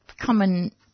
common